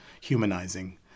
humanizing